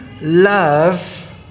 love